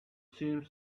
seemed